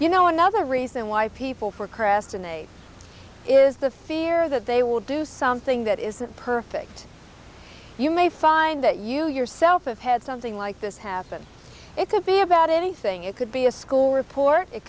you know another reason why people for kristen age is the fear that they will do something that isn't perfect you may find that you yourself have had something like this happen it could be about anything it could be a school report it